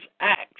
acts